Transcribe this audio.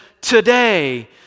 today